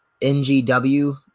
NGW